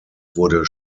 wurde